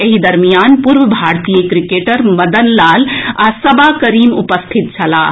एहि दरमियान पूर्व भारतीय क्रिकेटर मदन लाल आ सबा करीम उपस्थित छलाह